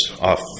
off